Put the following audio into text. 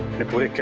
the police